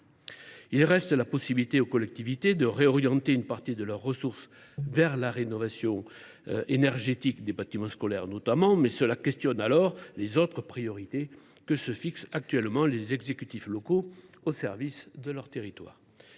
Il reste aux collectivités la possibilité de réorienter une partie de leurs ressources vers la rénovation énergétique des bâtiments scolaires, mais cela remettrait en cause les autres priorités que fixent actuellement les exécutifs locaux au service de leur territoire.